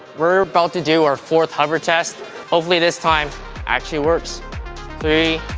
we're about to do our fourth hover test hopefully this time actually works three,